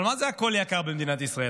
אבל מה זה הכול יקר במדינת ישראל?